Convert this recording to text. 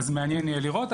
אז יהיה מעניין לראות.